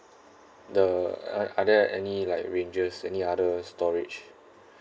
the are are there any like ranges any other storage